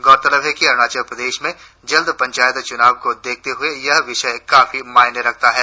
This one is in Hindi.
गौरतलब है कि अरुणाचल प्रदेश में जल्द पंचायत चुनाव को देखते हुए यह विषय काफी मायने रखता है